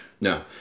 No